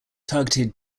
targeted